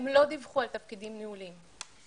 הם לא דיווחו על תפקידים ניהוליים.